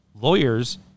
lawyers